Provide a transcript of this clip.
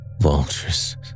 vultures